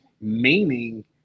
meaning